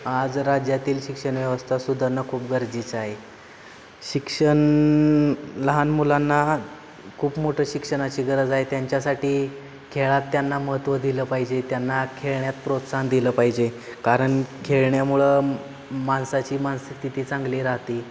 आज राज्यातील शिक्षणव्यवस्था सुधारणं खूप गरजेचं आहे शिक्षण लहान मुलांना खूप मोठं शिक्षणाची गरज आहे त्यांच्यासाठी खेळात त्यांना महत्त्व दिलं पाहिजे त्यांना खेळण्यात प्रोत्साहन दिलं पाहिजे कारण खेळण्यामुळं माणसाची मानसिक स्थिती चांगली राहते